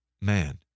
man